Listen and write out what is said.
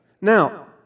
Now